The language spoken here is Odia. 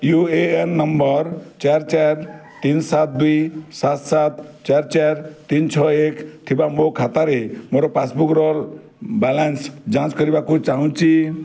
ୟୁ ଏ ଏନ୍ ନମ୍ବର୍ ଚାର ଚାର ତିନ ସାତ ଦୁଇ ସାତ ସାତ ଚାର ଚାର ତିନ ଛଅ ଏକ ଥିବା ମୋ ଖାତାରେ ମୋର ପାସ୍ବୁକ୍ର ବାଲାନ୍ସ୍ ଯାଞ୍ଚ କରିବାକୁ ଚାହୁଁଛି